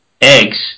Eggs